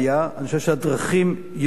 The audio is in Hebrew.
אני חושב שהדרכים ידועות.